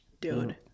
dude